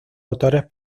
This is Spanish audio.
autores